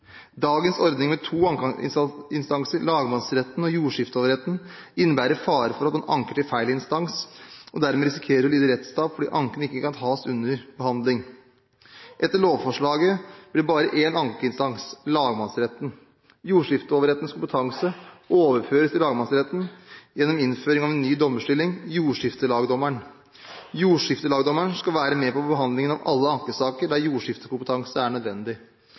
Dagens ordning med to ankeinstanser, lagmannsretten og jordskifteoverretten, innebærer fare for at man anker til feil instans, og dermed risikerer å lide rettstap fordi anken ikke kan tas under behandling. Etter lovforslaget blir det bare én ankeinstans – lagmannsretten. Jordskifteoverrettens kompetanse overføres til lagmannsretten gjennom innføringen av en ny dommerstilling – jordskiftelagdommeren. Jordskiftelagdommeren skal være med på behandlingen av alle ankesaker der jordskiftekompetanse er nødvendig.